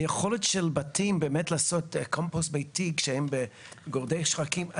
היכולת של בתים לעשות קומפוסט ביתי כשהם בגורדי שחקים,